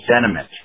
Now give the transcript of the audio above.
sentiment